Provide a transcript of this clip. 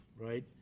right